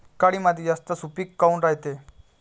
काळी माती जास्त सुपीक काऊन रायते?